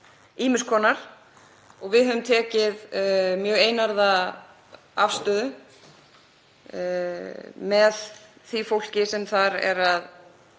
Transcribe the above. mannréttindabrot. Við höfum tekið mjög einarða afstöðu með því fólki sem þar er að